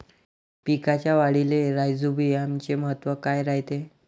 पिकाच्या वाढीले राईझोबीआमचे महत्व काय रायते?